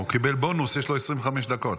הוא קיבל בונוס 25 דקות.